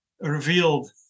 revealed